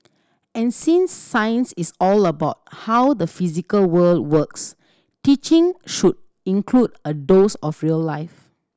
and since science is all about how the physical world works teaching should include a dose of real life